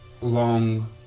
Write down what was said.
long